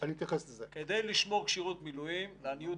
אני איש מילואים, כולכם מכירים אותי